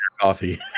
coffee